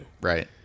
Right